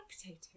potato